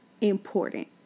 important